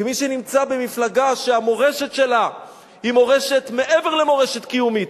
כמי שנמצא במפלגה שהמורשת שלה היא מעבר למורשת קיומית.